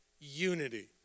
unity